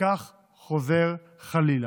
וכך חוזר חלילה.